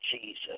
Jesus